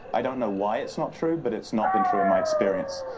i don't know why it's not true, but it's not been true in my experience.